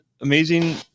amazing